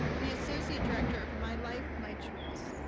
and the associate director of my life, my choice.